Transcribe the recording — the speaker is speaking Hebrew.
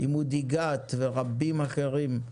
עם אודי גת ורבים אחרים.